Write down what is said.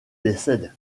décèdent